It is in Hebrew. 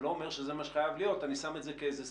אני לא אומר שזה מה שחייב להיות אבל אני שם את זה כסטנדרט.